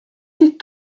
did